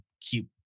keep